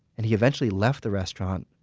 and he eventually left the restaurant,